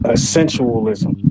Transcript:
Essentialism